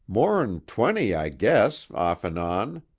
more'n twenty, i guess, off an' on,